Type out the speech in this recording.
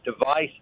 device